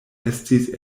estis